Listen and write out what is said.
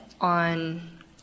on